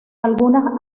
algunas